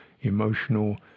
emotional